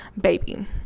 baby